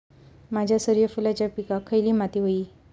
माझ्या सूर्यफुलाच्या पिकाक खयली माती व्हयी?